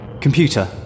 Computer